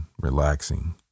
relaxing